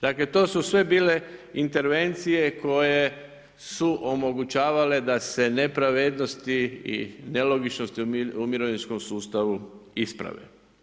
Dakle, to su sve bile intervencije koje su omogućavale da se nepravednosti i nelogičnosti u mirovinskom sustavu isprave.